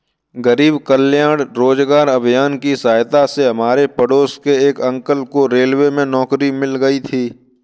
गरीब कल्याण रोजगार अभियान की सहायता से हमारे पड़ोस के एक अंकल को रेलवे में नौकरी मिल गई थी